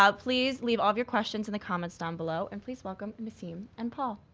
ah please leave all of your questions in the comments down below, and please welcome nassim and paul.